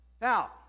Now